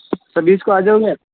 छब्बीस को आ जाओगे